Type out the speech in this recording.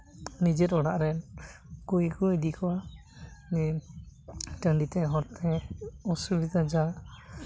ᱱᱤᱡᱮᱨ ᱚᱲᱟᱜ ᱨᱮᱱ ᱩᱱᱠᱩ ᱜᱮᱠᱚ ᱤᱫᱤ ᱠᱚᱣᱟ ᱡᱮ ᱴᱟᱺᱰᱤ ᱛᱮ ᱦᱚᱨᱛᱮ ᱚᱥᱩᱵᱤᱫᱷᱟ ᱡᱟ